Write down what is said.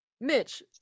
Mitch